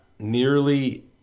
nearly